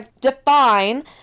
define